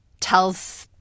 tells